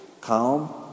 calm